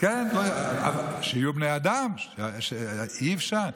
שיהיו בני אדם, אי-אפשר.